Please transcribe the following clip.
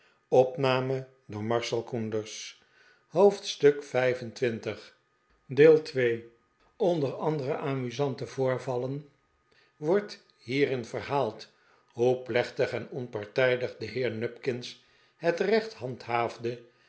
hoofdstuk xxv onder andere amusante voorvallen wordt hierin verhaald hoe plechtig en onpartijdig de heer nupkins het recht handhaafde